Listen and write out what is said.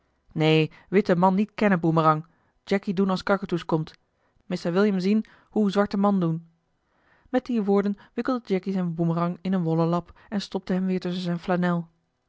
neen witte man niet kennen boemerang jacky doen als kakatoes komt missa william zien hoe zwarte man doen met die woorden wikkelde jacky zijn boemerang in een wollen lap en stopte hem weer tusschen zijn